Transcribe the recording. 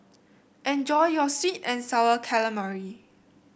enjoy your sweet and sour calamari